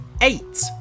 eight